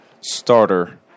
starter